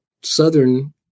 Southern